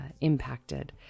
impacted